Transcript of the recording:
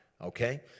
Okay